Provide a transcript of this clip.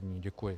Děkuji.